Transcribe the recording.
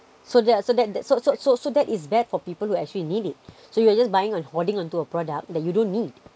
so their so that that so so so so that is bad for people who actually need it so you're just buying and hoarding on to a product that you don't need